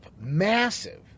massive